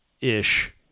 ish